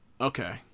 Okay